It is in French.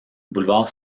boulevard